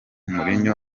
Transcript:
mourinho